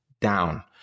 down